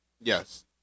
yes